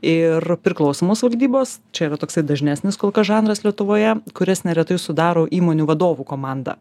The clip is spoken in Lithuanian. ir priklausomos valdybos čia yra toksai dažnesnis kol kas žanras lietuvoje kuris neretai sudaro įmonių vadovų komandą